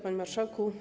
Panie Marszałku!